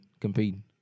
competing